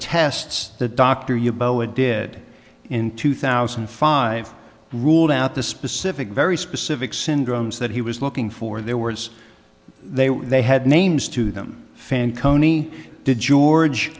tests the doctor you boa did in two thousand and five ruled out the specific very specific syndromes that he was looking for their words they were they had names to them fanconi did george